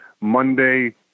Monday